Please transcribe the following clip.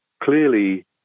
clearly